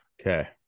Okay